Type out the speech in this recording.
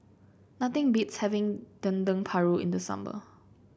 nothing beats having Dendeng Paru in the summer